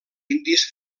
indis